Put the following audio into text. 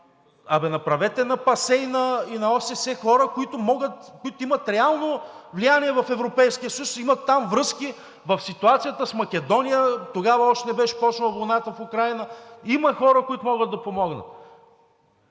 „Абе, направете на ПАСЕ и на ОССЕ хора, които имат реално влияние в Европейския съюз, имат там връзки.“ В ситуацията с Македония – тогава още не беше започнала войната в Украйна, има хора, които могат да помогнат.